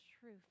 truth